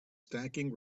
stacking